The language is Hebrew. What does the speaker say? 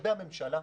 לגבי הממשלה,